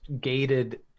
gated